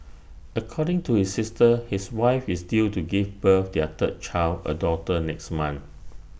according to his sister his wife is due to give birth their third child A daughter next month